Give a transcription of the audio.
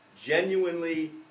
genuinely